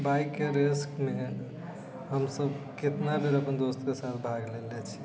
बाइकके रेसमे हमसब कतना बेर अपन दोस्तसब सङ्ग भाग लेने छी